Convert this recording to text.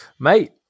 Mate